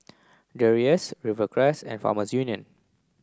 Dreyers Rivercrest and Farmer Union